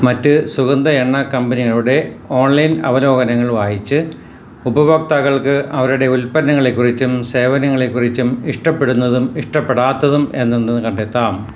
മറ്റ് സുഗന്ധ എണ്ണ കമ്പനികളുടെ ഓൺലൈൻ അവലോകനങ്ങൾ വായിച്ച് ഉപഭോക്താക്കൾക്ക് അവരുടെ ഉൽപ്പന്നങ്ങളെക്കുറിച്ചും സേവനങ്ങളെക്കുറിച്ചും ഇഷ്ടപ്പെടുന്നതും ഇഷ്ടപ്പെടാത്തതും എന്തെന്ന് കണ്ടെത്താം